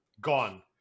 Gone